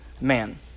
man